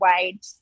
wage